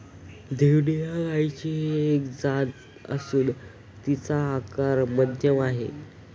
देवणी या गायचीही एक जात असून तिचा आकार मध्यम आहे